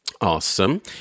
Awesome